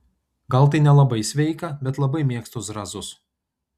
gal tai nelabai sveika bet labai mėgstu zrazus